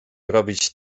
robić